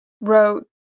wrote